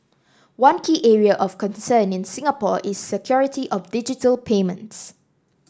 one key area of concern in Singapore is security of digital payments